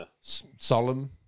solemn